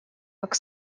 как